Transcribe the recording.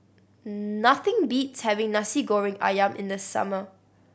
nothing beats having Nasi Goreng Ayam in the summer